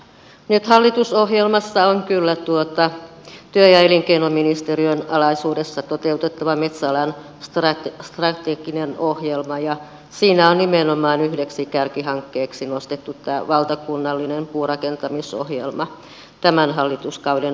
nyt hallitusohjelmassa on kyllä työ ja elinkeinoministeriön alaisuudessa toteutettava metsäalan strateginen ohjelma ja siinä on nimenomaan yhdeksi kärkihankkeeksi nostettu tämä valtakunnallinen puurakentamisohjelma tämän hallituskauden ajaksi